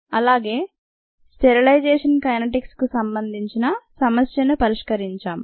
అలాగే sterilisation kinetics కు సంబంధించిన సమస్యను పరిష్కరించాం